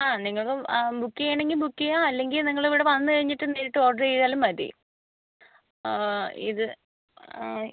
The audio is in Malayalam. ആ നിങ്ങൾക്ക് ബുക്ക് ചെയ്യുകയാണെങ്കിൽ ബുക്ക് ചെയ്യാം അല്ലെങ്കിൽ നിങ്ങളിവിടെ വന്ന് കഴിഞ്ഞിട്ട് നേരിട്ട് ഓഡറ് ചെയ്താലും മതി ആ ഇത് ആ